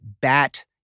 bat